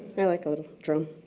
i like a little drum.